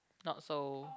not so